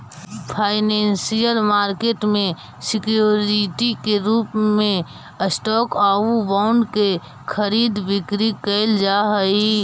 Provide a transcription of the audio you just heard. financial market में security के रूप में स्टॉक आउ बॉन्ड के खरीद बिक्री कैल जा हइ